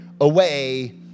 away